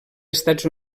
estats